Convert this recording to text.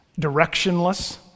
directionless